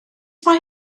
mae